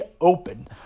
open